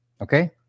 Okay